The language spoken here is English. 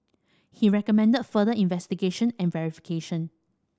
he recommended further investigation and verification